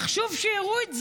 חשוב שיראו את זה,